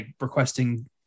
Requesting